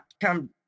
come